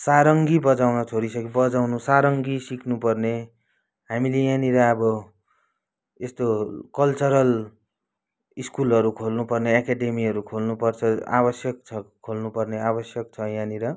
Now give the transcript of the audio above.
सारङ्गी बजाउन छोडिसक्यो बजाउनु सारङ्गी सिक्नुपर्ने हामीले यहाँनिर अब यस्तो कल्चरल स्कुलहरू खोल्नुपर्ने एकाडेमीहरू खोल्नुपर्छ आवश्यक छ खोल्नुपर्ने आवश्यक छ यहाँनिर